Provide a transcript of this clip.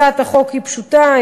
הצעת החוק היא פשוטה,